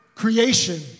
Creation